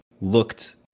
looked